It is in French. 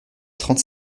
trente